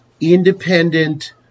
independent